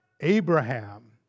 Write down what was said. Abraham